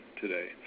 today